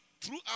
throughout